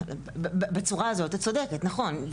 בצורה הזו את צודקת נכון,